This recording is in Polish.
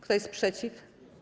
Kto jest przeciw?